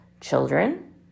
Children